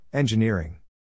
Engineering